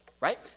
right